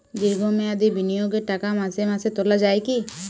দীর্ঘ মেয়াদি বিনিয়োগের টাকা মাসে মাসে তোলা যায় কি?